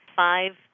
five